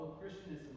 Christianism